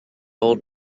old